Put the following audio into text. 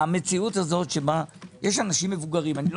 המציאות הזו שבה יש אנשים מבוגרים לא